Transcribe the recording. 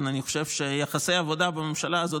אני חושב שיחסי העבודה בממשלה הזאת,